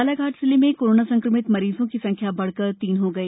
बालाघाट जिले में कोरोना संक्रमित मरीजों की संख्या बढ़कर तीन हो गई